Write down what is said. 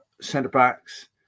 centre-backs